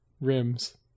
rims